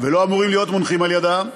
ולא אמורים להיות מונחים על-ידה,